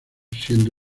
siendo